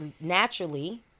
naturally